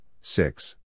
six